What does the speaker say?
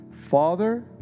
Father